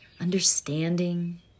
understanding